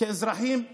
אזרחים שווים.